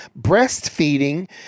breastfeeding